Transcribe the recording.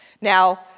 Now